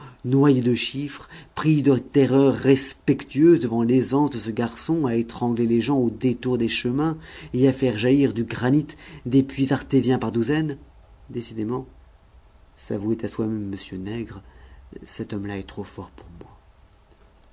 noyé de chiffres pris de terreur respectueuse devant l'aisance de ce garçon à étrangler les gens aux détours des chemins et à faire jaillir du granit des puits artésiens par douzaines décidément s'avouait à soi-même m nègre cet homme-là est trop fort pour moi